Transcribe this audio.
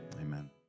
Amen